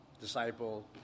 disciple